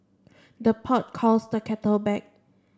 the pot calls the kettle black